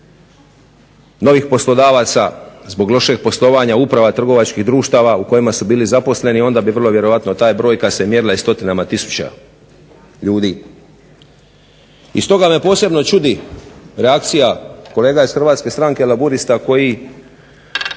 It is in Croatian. novih poslodavaca, zbog lošeg poslovanja uprava trgovačkih društava u kojima su bili zaposleni onda bi vrlo vjerojatno ta brojka se mjerila i stotinama tisuća ljudi. I stoga me posebno čudi reakcija kolega iz Hrvatske stranke laburista koji